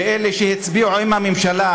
ואלה שהצביעו עם הממשלה,